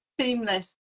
seamless